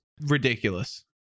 ridiculous